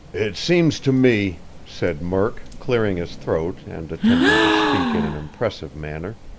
it seems to me, said murk, clearing his throat and attempting to speak in an impressive manner,